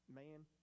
man